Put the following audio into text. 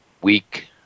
week